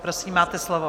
Prosím, máte slovo.